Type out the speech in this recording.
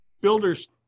builders